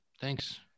Thanks